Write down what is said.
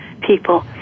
people